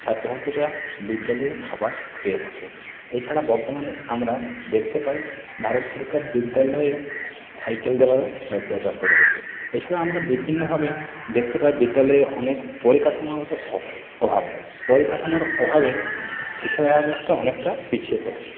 ছাত্র ছাত্রীরা বিদ্যালয়ে খাবার পেয়ে থাকে এছাড়া বর্তমানে আমরা দেখতে পাই ভারত সরকার বিদ্যালয়ে সাইকেল দেওয়ারও ব্য ব্যবস্থা করেছে এছাড়া আমরা বিভিন্নভাবে দেখতে পাই বিদ্যালয়ে অনেক পরিকাঠামোগত অভাব পরিকাঠামোর অভাবে শিক্ষাব্যবস্থা অনেকটা পিছিয়ে পড়ছে